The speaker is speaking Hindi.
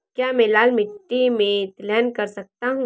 क्या मैं लाल मिट्टी में तिलहन कर सकता हूँ?